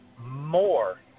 more